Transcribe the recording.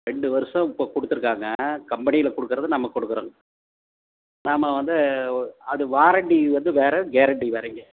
ரெண்டு வருஷம் இப்போ கொடுத்துருக்காங்க கம்பெனியில் கொடுக்குறது நம்ம கொடுக்குறோங்க நாம் வந்து அது வாரன்ட்டி வந்து வேறு கேரன்ட்டி வேறுங்க